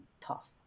tough